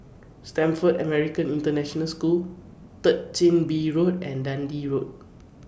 Stamford American International School Third Chin Bee Road and Dundee Road